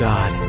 God